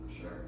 sure